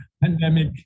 pandemic